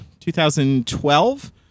2012